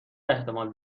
احتمال